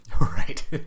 Right